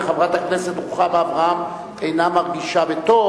וחברת הכנסת רוחמה אברהם אינה מרגישה בטוב.